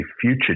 future